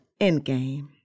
Endgame